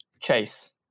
chase